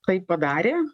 tai padarė